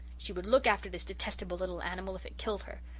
she would look after this detestable little animal if it killed her.